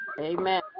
Amen